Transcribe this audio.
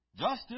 Justice